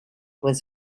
was